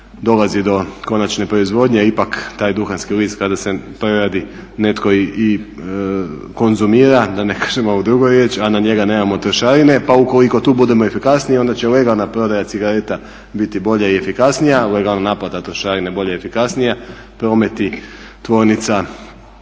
dolazi do konačne proizvodnje, a ipak taj duhanski list kada se preradi netko i konzumira, da ne kažem ovu drugu riječ, a na njega nemamo trošarine pa ukoliko tu budemo efikasniji onda će legalna prodaja cigareta biti bolja i efikasnija, legalna naplata trošarina bolja i efikasnija. Prometi tvornica